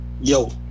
Yo